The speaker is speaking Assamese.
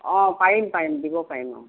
অঁ পাৰিম পাৰিম দিব পাৰিম অঁ